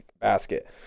basket